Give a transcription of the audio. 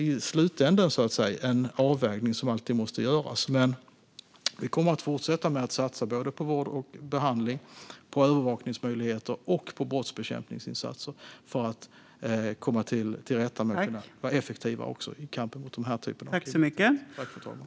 I slutändan är det en avvägning som alltid måste göras, men vi kommer att fortsätta att satsa på både vård och behandling, övervakningsmöjligheter och brottsbekämpningsinsatser för att kunna vara effektiva i kampen mot den här typen av aktiviteter.